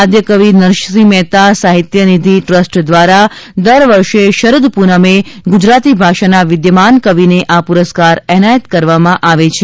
આદ્યકવિ નરસિંહ મહેતા સાહિત્ય નિધિ ટ્રસ્ટ દ્વારા દર વર્ષે શરદ પૂનમે ગુજરાતી ભાષાના વિદ્યમાન કવિને આ પુરસ્કાર એનાયત કરવામાં આવે છે